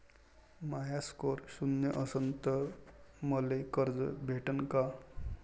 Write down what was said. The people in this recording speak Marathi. माया स्कोर शून्य असन तर मले कर्ज भेटन का?